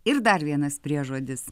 ir dar vienas priežodis